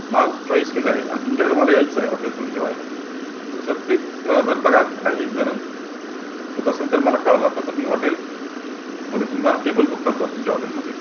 नाव choice केलं आहे आन् तुमच्याकडं मला यायचं आहे हॉटेलमध्ये जेवायला तसं सर प्लीज जर बघा काही जर होत असेल तर मला कळवा तसं मी हॉटेलमध्ये तुम्मा टेबल बुक करतो तुमच्या हॉटेलमध्ये